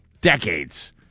decades